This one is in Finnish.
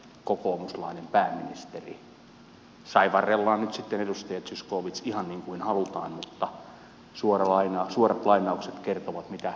saivarrellaan nyt sitten edustaja zyskowicz ihan niin kuin halutaan mutta suorat lainaukset kertovat mitä kokoomuslainen pääministeri täällä sanoi